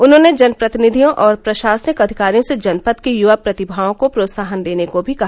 उन्होंने जनप्रतिधियों और प्रशासंनिक अधिकारियों से जनपद की युवा प्रतिभाओं को प्रोत्साहन देने को भी कहा